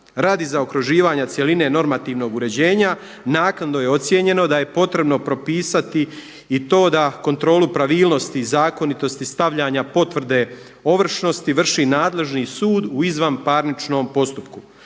Radi zaokruživanja cjeline normativnog uređenja naknadno je ocijenjeno da je potrebno propisati i to da kontrolu pravilnosti i zakonitosti stavljanja potvrde ovršnosti vrši nadležni sud u izvanparničnom postupku.